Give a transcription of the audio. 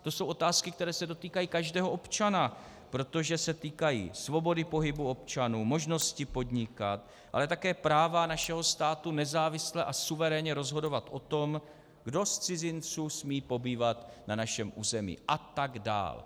To jsou otázky, které se dotýkají každého občana, protože se týkají svobody pohybu občanů, možnosti podnikat, ale také práva našeho státu nezávisle a suverénně rozhodovat o tom, kdo z cizinců smí pobývat na našem území a tak dál.